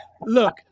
Look